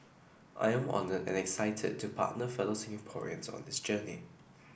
I am honoured and excited to partner fellow Singaporeans on this journey